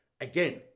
Again